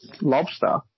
Lobster